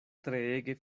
treege